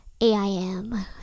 AIM